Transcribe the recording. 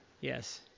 Yes